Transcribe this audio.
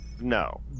No